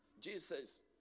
Jesus